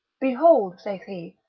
behold, saith he,